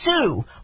sue